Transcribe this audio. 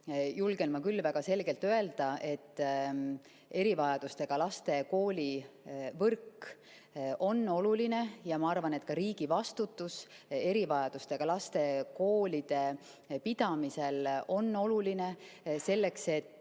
julgen ma küll väga selgelt öelda, et erivajadustega laste koolide võrk on oluline. Ma arvan, et ka riigi vastutus erivajadustega laste koolide pidamisel on oluline, selleks et